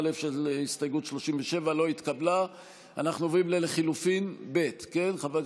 או שהוא בוחר לקחת צעד שעלול לגבות ממנו מחיר ברמה האישית אבל חשוב